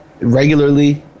regularly